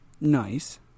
Nice